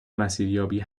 مسیریابی